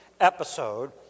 episode